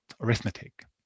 arithmetic